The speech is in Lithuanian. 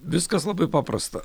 viskas labai paprasta